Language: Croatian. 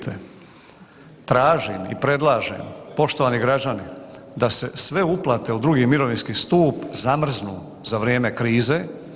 Tražim i predlažem, poštovani građani, da se sve uplate u drugi mirovinski stup zamrznu za vrijeme krize.